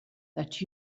that